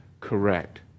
correct